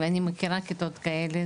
ואני מכירה כיתות כאלה.